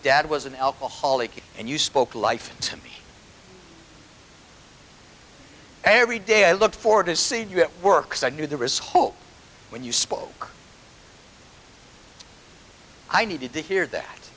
dad was an alcoholic and you spoke life to me every day i look forward to seeing you at work so i knew the risks hope when you spoke i needed to hear that